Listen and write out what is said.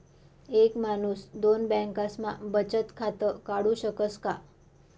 एक माणूस दोन बँकास्मा बचत खातं काढु शकस का?